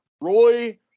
Roy